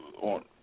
on